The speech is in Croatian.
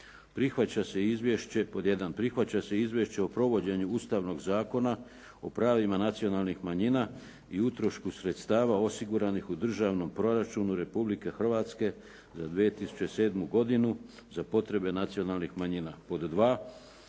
prihvaća se izvješće o provođenju Ustavnog zakona o pravima nacionalnih manjina i utrošku sredstava osiguranih u državnom proračunu Republike Hrvatske za 2007. godinu za potrebe nacionalnih manjina.